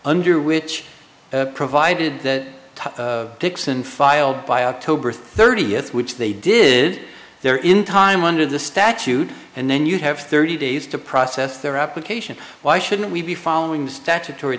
under which provided that dixon filed by october thirtieth which they did there in time under the statute and then you have thirty days to process their application why shouldn't we be following statutory